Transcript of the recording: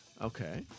okay